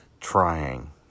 trying